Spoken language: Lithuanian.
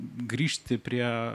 grįžti prie